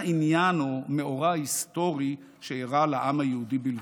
עניין או מאורע היסטורי שאירע לעם היהודי בלבד,